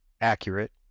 accurate